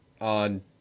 on